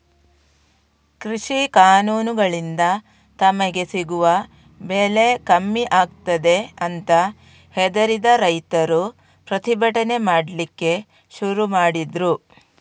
ಕೃಷಿ ಕಾನೂನುಗಳಿಂದ ತಮಗೆ ಸಿಗುವ ಬೆಲೆ ಕಮ್ಮಿ ಆಗ್ತದೆ ಅಂತ ಹೆದರಿದ ರೈತರು ಪ್ರತಿಭಟನೆ ಮಾಡ್ಲಿಕ್ಕೆ ಶುರು ಮಾಡಿದ್ರು